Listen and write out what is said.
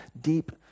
deep